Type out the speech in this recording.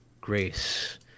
grace